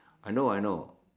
I know I know